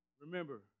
Remember